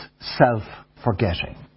self-forgetting